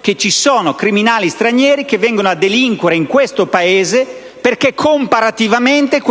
che ci sono criminali stranieri che vengono a delinquere nel nostro Paese perché comparativamente